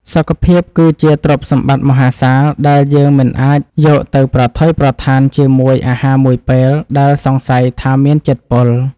សុខភាពគឺជាទ្រព្យសម្បត្តិមហាសាលដែលយើងមិនអាចយកទៅប្រថុយប្រថានជាមួយអាហារមួយពេល ដែលសង្ស័យថាមានជាតិពុល។